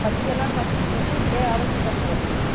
पञ्चजनाः अस्ति चेत् द्वे आवश्यकं भवति